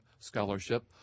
Scholarship